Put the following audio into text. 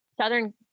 Southern